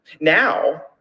Now